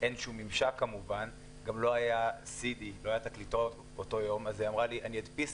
אין שום ממשק כמובן ובאותו יום גם לא היה תקליטור.